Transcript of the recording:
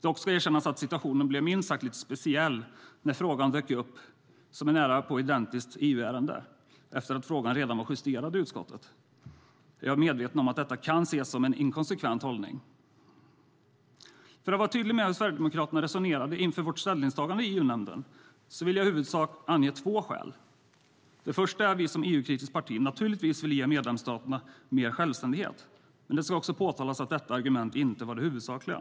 Dock ska erkännas att situationen blev minst sagt speciell när frågan dök upp som ett nära på identiskt EU-ärende efter att frågan redan var justerad i utskottet. Jag är medveten om att det kan ses som en inkonsekvent hållning. För att vara tydlig med hur Sverigedemokraterna resonerade inför vårt ställningstagande i EU-nämnden vill jag i huvudsak ange två skäl. Det första är att vi som EU-kritiskt parti naturligtvis vill ge medlemsstaterna mer självständighet. Det ska också framhållas att detta argument inte var det huvudsakliga.